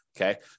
okay